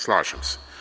Slažem se.